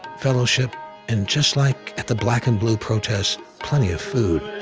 fellowship and just like at the black and blue protests plenty of food.